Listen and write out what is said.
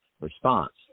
response